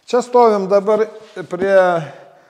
čia stovim dabar prie